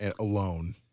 alone